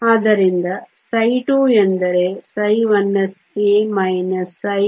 ಆದ್ದರಿಂದ ψ2 ಎಂದರೆ ψ1sA ψ1sC